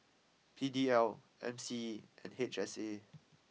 P D L M C E and H S A